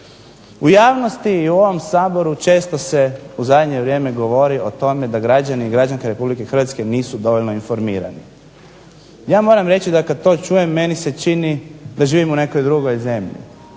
U javnosti i u ovom Saboru često se u zadnje vrijeme govori o tome da građani i građanke Republike Hrvatske nisu dovoljno informirani. Ja moram reći da kad to čujem meni se čini da živim u nekoj drugoj zemlji.